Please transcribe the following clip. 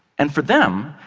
and for them,